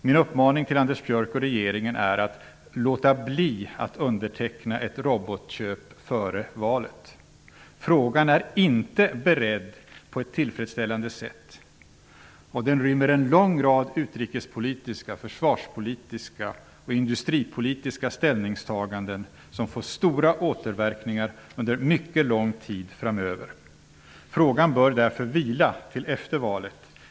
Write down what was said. Min uppmaning till Anders Björck och regeringen är att man skall låta bli att underteckna ett robotköp före valet. Frågan är inte beredd på ett tillfredsställande sätt, och den rymmer en lång rad utrikespolitiska, försvarspolitiska och industripolitiska ställningstaganden som får stora återverkningar under en mycket lång tid framöver. Frågan bör därför vila till efter valet.